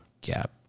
Gap